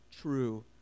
true